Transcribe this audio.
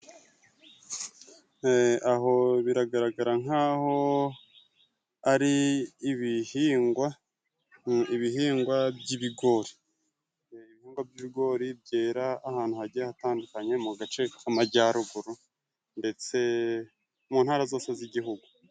Aho biragaragara nk'aho ari ibihingwa ibihingwa by'ibigori , ibihingwa by'ibigori byera ahantu hagiye hatandukanye mu gace k'amajyaruguru ndetse mu ntara zose z'igihugu.